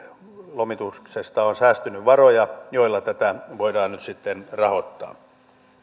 lomituksesta on säästynyt varoja joilla tätä voidaan nyt sitten rahoittaa